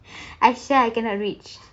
I swear I cannot reach